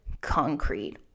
concrete